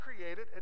created